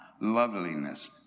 loveliness